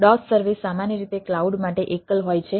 DOS service સામાન્ય રીતે cloud માટે એકલ હોય છે